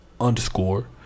Underscore